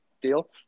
Deal